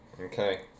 Okay